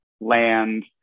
land